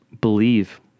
Believe